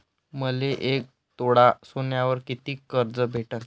मले एक तोळा सोन्यावर कितीक कर्ज भेटन?